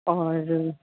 اور